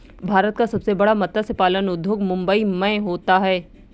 भारत का सबसे बड़ा मत्स्य पालन उद्योग मुंबई मैं होता है